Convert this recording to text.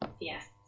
yes